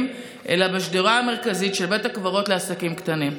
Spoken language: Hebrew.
אלא בשדרה המרכזית של בית הקברות לעסקים קטנים.